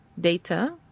data